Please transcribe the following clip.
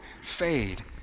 fade